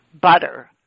butter